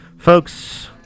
Folks